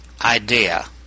Idea